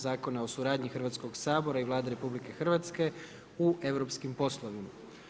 Zakona o suradnji Hrvatskog sabora i Vlade RH u europskim poslovima.